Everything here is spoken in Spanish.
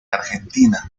argentina